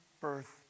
birth